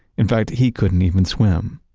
in fact, he couldn't even swim.